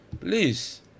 Please